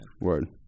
Word